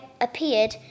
appeared